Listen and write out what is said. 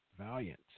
Valiant